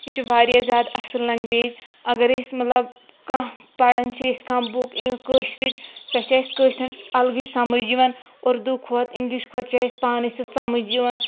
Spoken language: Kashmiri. یہِ چھِ واریاہ زیادٕ اَصٕل لنٛگویج اَگر أسۍ مطلب کانٛہہ پَران چھِ أسۍ کانٛہہ بُک کٲشرِچ سۄ چھِ اَسہِ کٲشرٮ۪ن اَلگٕے سَمٕجھ یِوان اُردو کھۄتہٕ اِنٛگلِش کھۄتہٕ چھِ اَسہِ پانَے سُہ سَمٕجھ یوان